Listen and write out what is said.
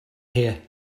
here